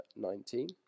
19